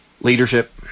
Leadership